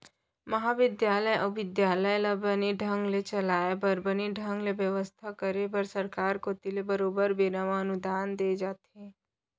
महाबिद्यालय अउ बिद्यालय ल बने ढंग ले चलाय बर बने ढंग ले बेवस्था करे बर सरकार कोती ले बरोबर बेरा बेरा म अनुदान दे जाथे